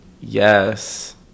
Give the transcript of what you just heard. yes